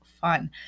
fun